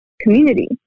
community